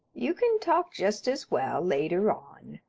you can talk just as well later on.